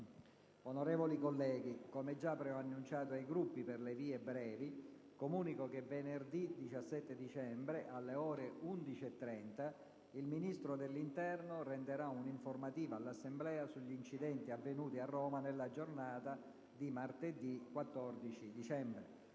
Onorevoli colleghi, come già preannunciato ai Gruppi per le vie brevi, comunico che venerdì 17 dicembre alle ore 11,30 il Ministro dell'interno renderà un'informativa all'Assemblea sugli incidenti avvenuti a Roma nella giornata di martedì 14 dicembre.